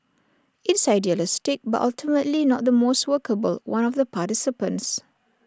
it's idealistic but ultimately not the most workable one of the participants